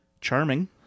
charming